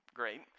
great